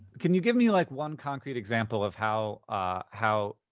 can you give me, like, one concrete example of how ah how